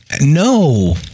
no